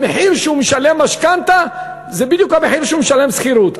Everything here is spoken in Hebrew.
המחיר שהוא משלם על המשכנתה זה בדיוק המחיר שהוא משלם שכירות.